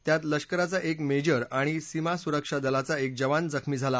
त्यात लष्कराचा एक मेजर आणि सीमा सुरक्षा दलाचा एक जवान जखमी झाला